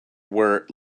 were